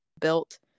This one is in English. built